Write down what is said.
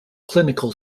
clinical